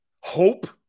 hope